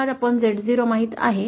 तर आपल्याला XcrZ0 माहित आहे